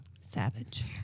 savage